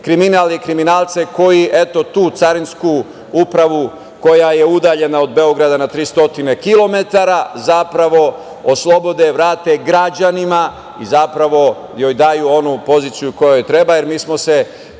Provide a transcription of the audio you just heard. kriminal i kriminalce koji, eto, tu carinsku upravu, koja je udaljena od Beograda na 300 kilometara, zapravo oslobode, vrate građanima i zapravo joj daju onu poziciju koja joj treba, jer mi smo se